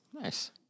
Nice